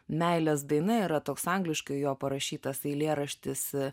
meilės daina yra toks angliškai jo parašytas eilėraštis